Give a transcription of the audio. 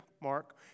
mark